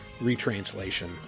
retranslation